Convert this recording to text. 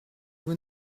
vous